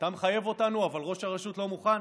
אתה מחייב אותנו, אבל ראש הרשות לא מוכן.